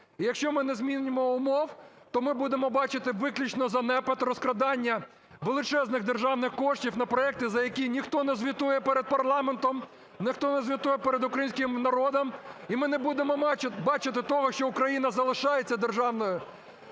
І якщо ми не змінимо умов, то ми будемо бачити виключно занепад, розкрадання величезних державних коштів на проекти, за які ніхто не звітує перед парламентом, ніхто не звітує перед українським народом. І ми не будемо бачити того, що Україна залишається… Державною